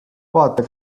vaata